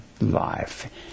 life